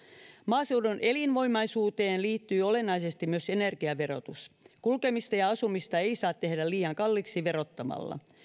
maaseudun elinvoimaisuuteen liittyy olennaisesti myös energiaverotus kulkemista ja asumista ei saa tehdä liian kalliiksi verottamalla